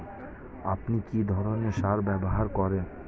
আপনি কী ধরনের সার ব্যবহার করেন?